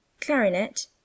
clarinet